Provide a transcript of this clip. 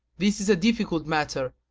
this is a difficult matter,